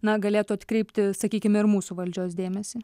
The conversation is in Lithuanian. na galėtų atkreipti sakykim ir mūsų valdžios dėmesį